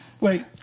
Wait